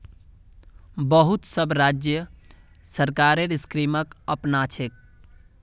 बहुत सब राज्य केंद्र सरकारेर स्कीमक अपनाछेक